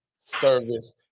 service